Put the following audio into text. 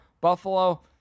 Buffalo